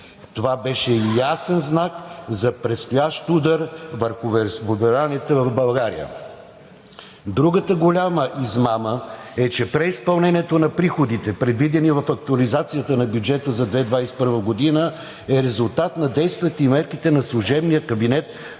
Това беше ясен знак за предстоящ удар върху вероизповеданията в България. Другата голяма измама е, че преизпълнението на приходите, предвидени в актуализацията на бюджета за 2021 г., е резултат на действията и мерките на служебния кабинет